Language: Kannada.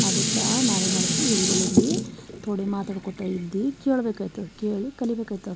ಅದಕ್ಕ ನಾವು ಏನ್ಮಾಡಬೇಕು ಹಿರಿಗಳಿಂದ್ ಬಿ ಥೋಡೆ ಮಾತಾಡ್ಕೊತಾ ಇದ್ದು ಕೇಳ್ಬೇಕಾಯ್ತದ ಕೇಳಿ ಕಲಿಬೇಕಾಯ್ತದ